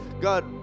God